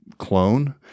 clone